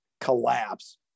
collapse